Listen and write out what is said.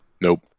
Nope